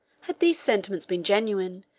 had these sentiments been genuine,